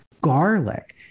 Garlic